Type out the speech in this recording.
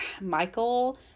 michael